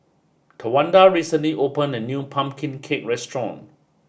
Tawanda recently opened a new Pumpkin Cake restaurant